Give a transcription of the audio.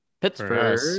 Pittsburgh